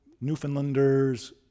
Newfoundlanders